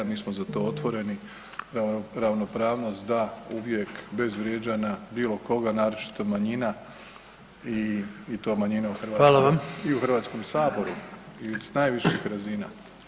Mi smo za to otvoreni, ravnopravnost da, uvijek, bez vrijeđanja bilo koga, naročito manjina i to manjina u Hrvatskoj [[Upadica: Hvala vam.]] i u HS-u i s najviših razina.